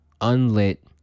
Unlit